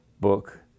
book